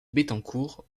bettencourt